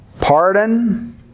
Pardon